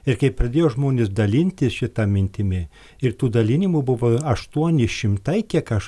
ir kai pradėjo žmonės dalintis šita mintimi ir tų dalinimų buvo aštuoni šimtai kiek aš